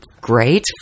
great